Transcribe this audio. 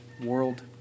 world